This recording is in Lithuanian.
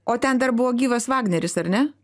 o ten dar buvo gyvas vagneris ar ne